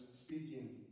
speaking